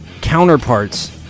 counterparts